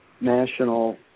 national